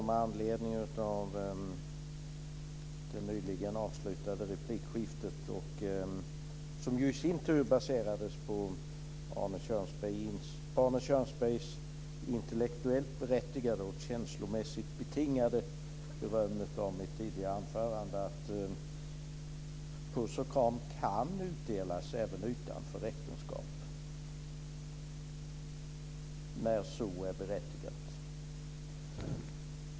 Med anledning av det nyligen avslutade replikskiftet, som i sin tur baserades på Arne Kjörnsbergs intellektuellt berättigade och känslomässigt betingade beröm av mitt tidigare anförande, vill jag inledningsvis bara erinra om att puss och kram kan utdelas även utanför äktenskap när så är berättigat.